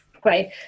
great